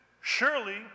surely